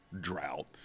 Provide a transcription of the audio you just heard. drought